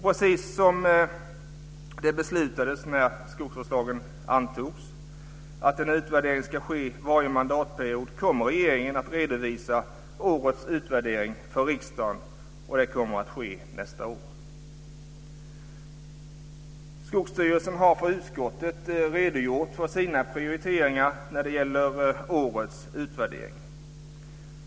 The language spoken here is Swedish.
Precis som det beslutades när skogsvårdslagen antogs - att en utvärdering ska ske varje mandatperiod - så kommer regeringen att redovisa årets utvärdering för riksdagen. Det kommer att ske nästa år. Skogsstyrelsen har för utskottet redogjort för sina prioriteringar när det gäller årets utvärdering.